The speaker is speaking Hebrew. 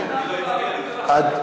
התרבות והספורט נתקבלה.